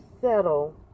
settle